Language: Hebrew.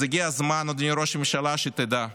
אז הגיע הזמן, אדוני ראש הממשלה, שתדע,